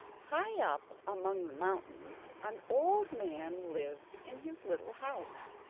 high up among the mountains, an old man lived in his little house.